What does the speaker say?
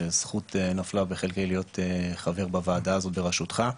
שזכות נפלה בחלקי להיות חבר בוועדה הזאת בראשותך.